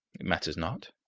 it matters not.